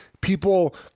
people